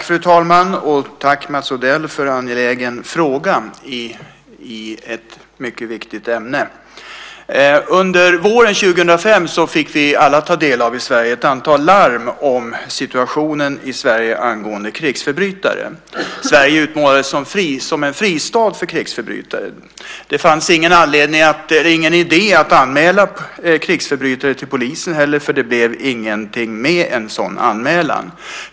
Fru talman! Tack, Mats Odell, för angelägen fråga i ett mycket viktigt ämne! Under våren 2005 fick vi alla i Sverige ta del av ett antal larm om situationen i Sverige angående krigsförbrytare. Sverige utmålades som en fristad för krigsförbrytare. Det var heller ingen idé att anmäla krigsförbrytare till polisen, för det blev ingenting med en sådan anmälan.